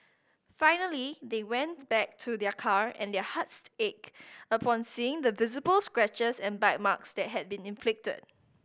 finally they went back to their car and their hearts ached upon seeing the visible scratches and bite marks that had been inflicted